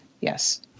Yes